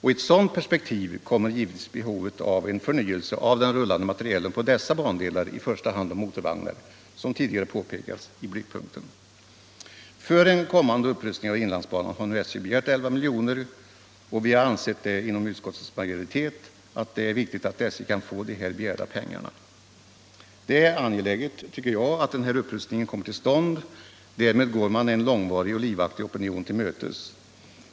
I ett sådant perspektiv kommer givetvis — som tidigare påpekats — behovet av en för 19 nyelse av den rullande materielen på dessa bandelar, i första hand mo torvagnar, i blickpunkten. För en kommande upprustning av inlandsbanan har SJ begärt 11 miljoner för budgetåret 1976/77, och utskottets majoritet har ansett det vara viktigt att SJ kan få de begärda pengarna. Enligt min mening är det angeläget att denna upprustning kommer till stånd — därmed går man en långvarig och livaktig opinion till mötes.